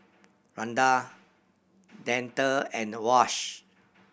Randal Dante and Wash